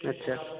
अच्छा